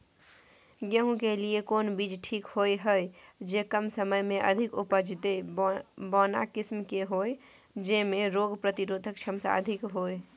गेहूं के लिए कोन बीज ठीक होय हय, जे कम समय मे अधिक उपज दे, बौना किस्म के होय, जैमे रोग प्रतिरोधक क्षमता अधिक होय?